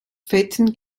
fetten